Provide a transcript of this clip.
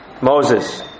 Moses